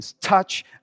touch